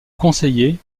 conseiller